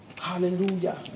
hallelujah